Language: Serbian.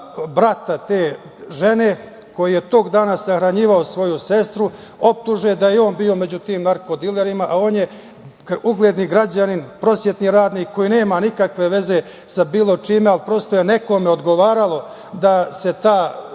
brata te žene koji je tog dana sahranjivao svoju sestru, optuže da je on bio među tim narko dilerima, a on je ugledni građanin, prosvetni radnik koji nema nikakve veze sa bilo čime. Prosto, nekome je odgovaralo da se taj